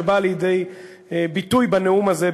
שבאה לידי ביטוי בנאום הזה,